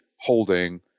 holding